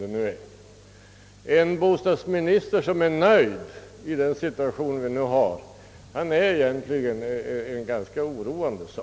Det är egentligen ganska oroande med en bostadsminister som är nöjd i den bostadssituation vi nu befinner oss.